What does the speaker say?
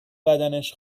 بدنش